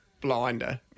blinder